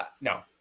No